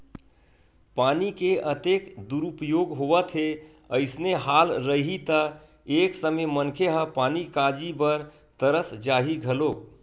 पानी के अतेक दुरूपयोग होवत हे अइसने हाल रइही त एक समे मनखे ह पानी काजी बर तरस जाही घलोक